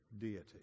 deity